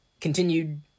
continued